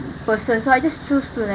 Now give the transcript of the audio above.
person so I just choose to like